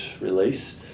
release